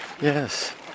Yes